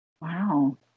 Wow